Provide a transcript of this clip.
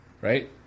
Right